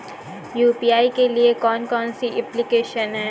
UPI के लिए कौन कौन सी एप्लिकेशन हैं?